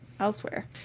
elsewhere